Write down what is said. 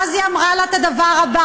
ואז היא אמרה לה את הדבר הבא: